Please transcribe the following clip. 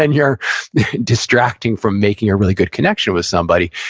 and you're distracting from making a really good connection with somebody.